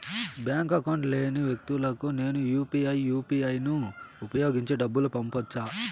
Bank account లేని వ్యక్తులకు నేను యు పి ఐ యు.పి.ఐ ను ఉపయోగించి డబ్బు పంపొచ్చా?